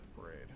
Parade